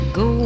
go